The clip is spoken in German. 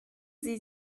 sie